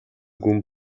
гүн